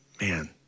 man